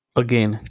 again